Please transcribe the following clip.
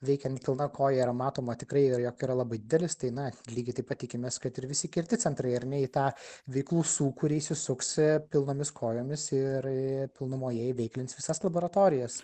veikiant pilna koja yra matoma tikrai jog yra labai didelis tai na lygiai taip pat tikimės kad ir visi kiti centrai ar ne į tą veiklų sūkurį įsisuks pilnomis kojomis ir pilnumoje įveiklins visas laboratorijas